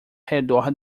redor